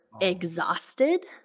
exhausted